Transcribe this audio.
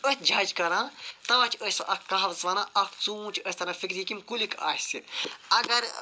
أتھ جَج کَران توے چھِ اتھ أسۍ کہاوت ونان اکھ ژوٗنٹھ چھ اسہِ تَران فِکرِ یہِ کمہ کُلیُکۍ آسہِ اگر أسۍ